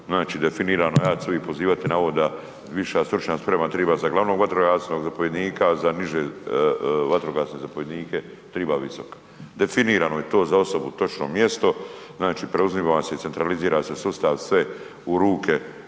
Znači definirano je, ja ću se uvik pozivati na ovo da viša stručna sprema triba za glavnog vatrogasnog zapovjednika, a za niže vatrogasne zapovjednike triba visoka. Definirano je to za osobu točno mjesto, znači preuzima se i centralizira se sustav, sve u ruke